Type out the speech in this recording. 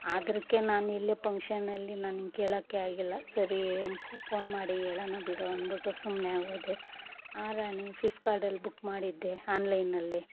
ಆದ್ರಕೆ ನಾನಿಲ್ಲೇ ಫಂಕ್ಷನಲ್ಲಿ ನಾನು ನಿನ್ನ ಕೇಳೋಕ್ಕೆ ಆಗಿಲ್ಲ ಸರಿ ಫೋನ್ ಮಾಡಿ ಹೇಳೋಣ ಬಿಡು ಅಂದ್ಬಿಟ್ಟು ಸುಮ್ನೆ ಆಗೋದೇ ಹಾಂ ರಾಣಿ ಫಿಪ್ಕಾರ್ಟಲ್ಲಿ ಬುಕ್ ಮಾಡಿದ್ದೆ ಆನ್ಲೈನ್ನಲ್ಲಿ